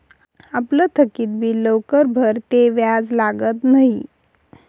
आपलं थकीत बिल लवकर भरं ते व्याज लागत न्हयी